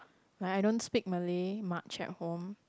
like I don't speak Malay much at home